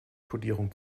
kodierung